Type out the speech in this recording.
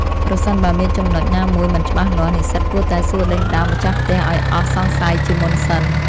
ប្រសិនបើមានចំណុចណាមួយមិនច្បាស់លាស់ និស្សិតគួរតែសួរដេញដោលម្ចាស់ផ្ទះឱ្យអស់សង្ស័យជាមុនសិន។